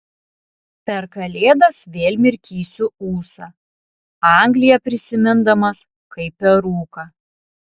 per kalėdas vėl mirkysiu ūsą angliją prisimindamas kaip per rūką